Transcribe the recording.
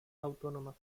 autónomas